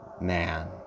man